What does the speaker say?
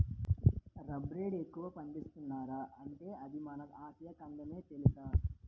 రబ్బరెక్కడ ఎక్కువ పండిస్తున్నార్రా అంటే అది మన ఆసియా ఖండమే తెలుసా?